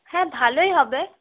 হ্যাঁ ভালোই হবে